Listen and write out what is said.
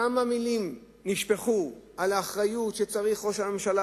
כמה מלים נשפכו על האחריות שצריכים ראש הממשלה